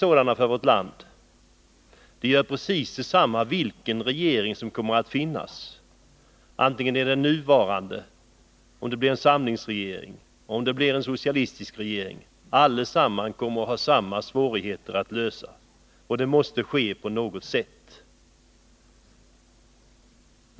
Oavsett vilken regering som sitter vid makten, den nuvarande, en samlingsregering eller en socialistisk regering, så kommer de alla att ha samma problem att försöka lösa, och det måste ske på något sätt.